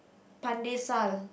Pandesal